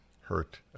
hurt